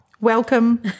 Welcome